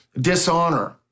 dishonor